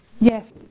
Yes